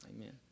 Amen